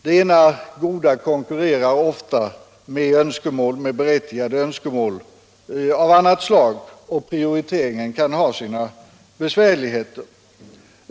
Det ena goda konkurrerar ofta med berättigade önskemål av annat slag, och prioriteringen kan ha sina besvärligheter.